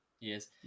Yes